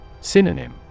Synonym